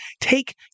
take